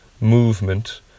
movement